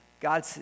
God